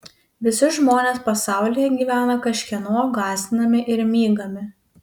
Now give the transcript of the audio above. visi žmonės pasaulyje gyvena kažkieno gąsdinami ir mygami